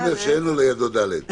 ה-(ג) שאין לו לידו (ד).